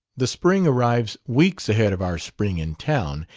the spring arrives weeks ahead of our spring in town,